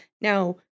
now